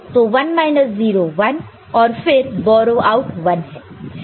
तो 0 1 1 और फिर बोरो आउट 1 है